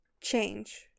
Change